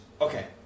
okay